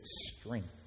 strength